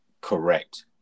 correct